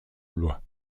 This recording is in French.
blois